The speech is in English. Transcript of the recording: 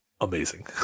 amazing